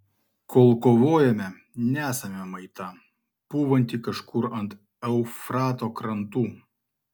kol kovojame nesame maita pūvanti kažkur ant eufrato krantų